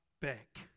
back